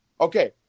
okay